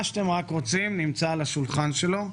מה שאתם רק רוצים נמצא על השולחן שלו.